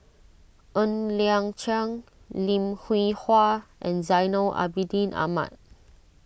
Ng Liang Chiang Lim Hwee Hua and Zainal Abidin Ahmad